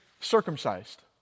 circumcised